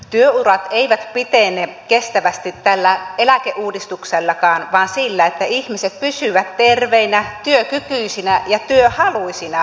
työurat eivät pitene kestävästi tällä eläkeuudistuksellakaan vaan sillä että ihmiset pysyvät terveinä työkykyisinä ja työhaluisina mahdollisimman pitkään